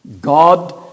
God